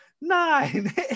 nine